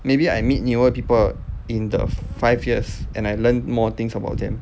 maybe I meet newer people in the five years and I learn more things about them